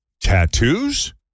tattoos